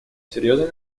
серьезной